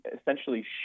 essentially